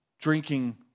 drinking